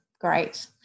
great